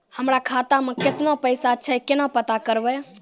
हमरा खाता मे केतना पैसा छै, केना पता करबै?